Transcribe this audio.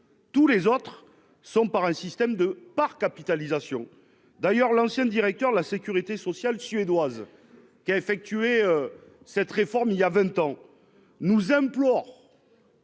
Tous les autres sont par un système de par capitalisation. D'ailleurs, l'ancien directeur de la Sécurité sociale suédoise. Qui a effectué. Cette réforme il y a 20 ans nous implorent.